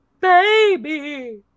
baby